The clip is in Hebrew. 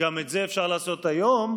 גם את זה אפשר לעשות היום,